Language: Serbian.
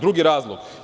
Drugi razlog.